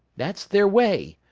that's their way.